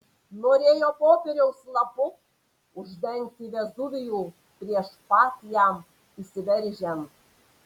norėjo popieriaus lapu uždengti vezuvijų prieš pat jam išsiveržiant